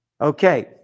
Okay